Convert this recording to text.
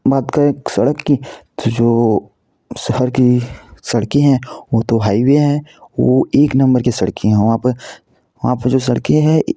बात करें सड़क की जो शहर की सड़कें हैं वह तो हाई वे हैं वो एक नंबर की सड़कें हैं वहाँ पर वहाँ पर जो सड़के हैं